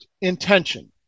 intention